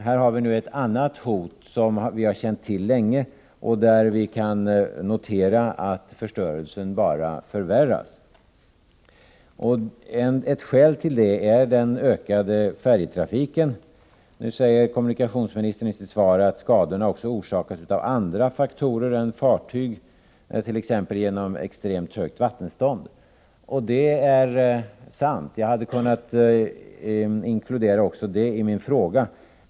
Nu har vi ett annat hot som vi känt till länge, och vi kan notera att förstörelsen på grund av detta bara förvärras. Ett skäl härtill är den ökade färjetrafiken. Nu säger kommunikationsministern i sitt svar att skadorna även orsakas av andra faktorer än fartyg, t.ex. extremt högt vattenstånd. Det är sant. Jag hade kunnat inkludera det i min fråga.